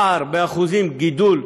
עם פער באחוזים בגידול